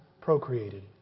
procreated